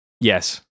Yes